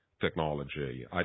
technology